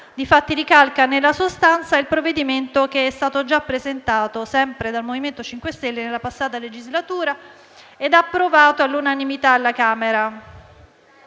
Infatti, ricalca nella sostanza il provvedimento già presentato, sempre dal MoVimento 5 Stelle, nella passata legislatura e approvato all'unanimità alla Camera,